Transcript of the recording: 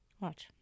Watch